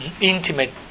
intimate